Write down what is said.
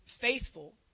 faithful